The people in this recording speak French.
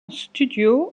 studio